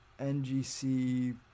NGC